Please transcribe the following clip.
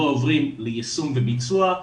לא עוברים ליישום וביצוע,